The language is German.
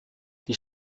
die